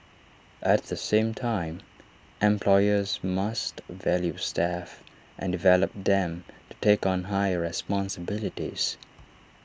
at the same time employers must value staff and develop them to take on higher responsibilities